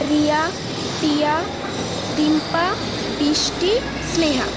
Riya Tiya Rimpa Brishti Sneha